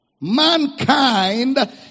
Mankind